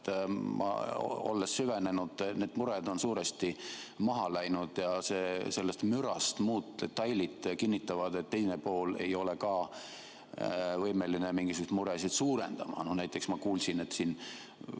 olen süvenenud, need mured on suuresti maha läinud ja muud detailid sellest mürast kinnitavad, et teine pool ei ole ka võimeline mingisuguseid muresid suurendama. Näiteks, ma kuulsin, et siin